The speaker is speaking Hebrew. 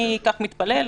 אני כך מתפלל,